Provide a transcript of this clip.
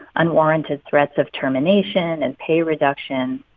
unwarranted threats of termination and pay reduction.